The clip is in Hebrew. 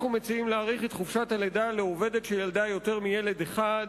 אנחנו מציעים להאריך את חופשת הלידה לעובדת שילדה יותר מילד אחד,